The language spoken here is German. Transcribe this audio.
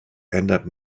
ändert